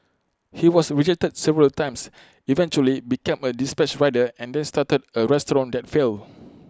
he was rejected several times eventually became A dispatch rider and then started A restaurant that failed